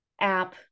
app